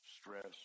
stress